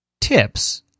tips